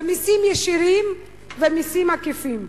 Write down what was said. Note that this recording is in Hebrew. במסים ישירים ומסים עקיפים.